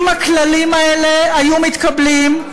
אם הכללים האלה היו מתקבלים,